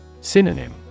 Synonym